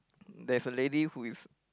there's a lady who is